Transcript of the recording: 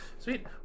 sweet